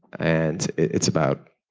and it's about